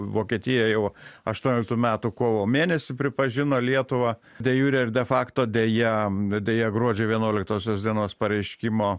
vokietija jau aštuonioliktų metų kovo mėnesį pripažino lietuvą de jure ir de fakto deja deja gruodžio vienuoliktosios dienos pareiškimo